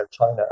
China